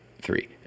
three